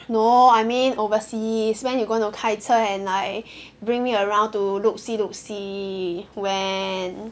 no I mean overseas when you going to 开车 and like bring me around to look see look see when